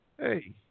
Hey